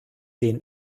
den